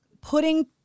putting